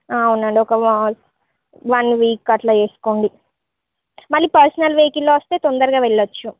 అవునండి ఒక వాల్ ఒన్ వీక్ అట్లా చేసుకోండి మళ్లీ పర్సనల్ వెహికల్లో వస్తే తొందరగా వెళ్లొచ్చు